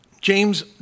James